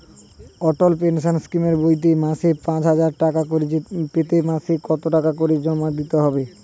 অটল pension স্কিমের বইতে মাসে পাঁচ হাজার টাকা করে পেতে মাসে কত টাকা করে জমা দিতে হবে?